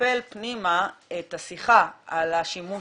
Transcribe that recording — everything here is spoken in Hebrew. לקמפל פנימה את השיחה על השימוש